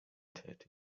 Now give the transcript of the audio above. tätig